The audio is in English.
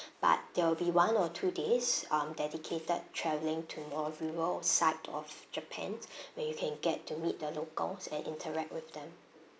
but there will be one or two days um dedicated travelling to more rural side of japan where you can get to meet the locals and interact with them